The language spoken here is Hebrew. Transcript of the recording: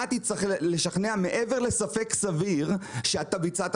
תצטרך לשכנע מעבר לספק סביר שהוא ביצע את